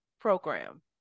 program